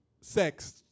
sex